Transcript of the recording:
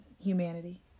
humanity